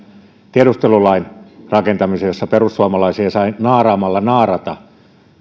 tiedustelulain rakentamisen jossa perussuomalaisia sai naaraamalla naarata